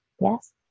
yes